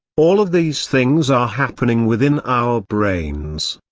all of these things are happening within our brains.